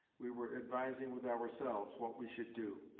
we were advising with ourselves, what we should do.